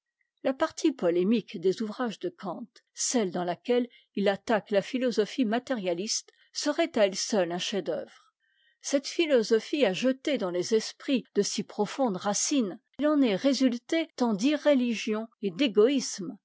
la partie polémique des ouvrages de kant celle dans laquelle il attaque la philosophie matériatiste serait à elle seule un chef-d'œuvre cette philosophie a jeté dans les esprits de si profondes racines il en est résulté tant d'irréligion et d'égoïsme